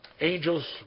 Angels